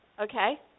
okay